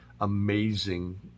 amazing